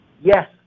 yes